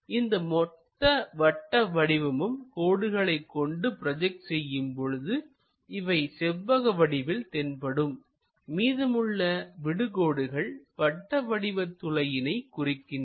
இந்த மொத்த வட்ட வடிவமும் கோடுகளைக் கொண்டு ப்ரோஜெக்ட் செய்யும் போது இவை செவ்வக வடிவில் தென்படும் மீதமுள்ள விடு கோடுகள் வட்ட வடிவ துளையினை குறிக்கின்றன